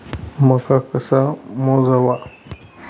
मका कसा मोजावा?